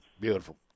beautiful